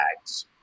bags